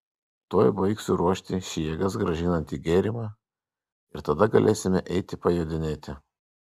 tuoj baigsiu ruošti šį jėgas grąžinantį gėrimą ir tada galėsime eiti pajodinėti